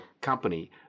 company